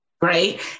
Right